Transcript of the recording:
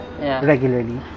regularly